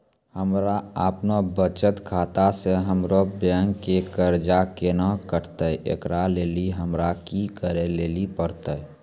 हमरा आपनौ बचत खाता से हमरौ बैंक के कर्जा केना कटतै ऐकरा लेली हमरा कि करै लेली परतै?